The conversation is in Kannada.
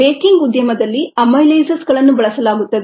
ಬೇಕಿಂಗ್ ಉದ್ಯಮದಲ್ಲಿ ಅಮೈಲೇಸಸ್ಗಳನ್ನು ಬಳಸಲಾಗುತ್ತದೆ